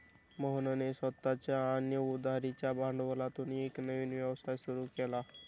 मोहनने स्वतःच्या आणि उधारीच्या भांडवलातून एक नवीन व्यवसाय सुरू केला